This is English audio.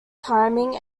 timing